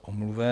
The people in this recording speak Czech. Omluven.